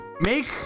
Make